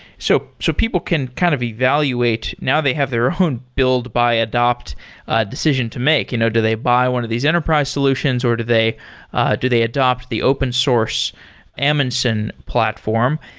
so so people can kind of evaluate. now they have their own build, buy, adapt decision to make. you know do they buy one of these enterprise solutions, or do they do they adapt the open source amundsen platform.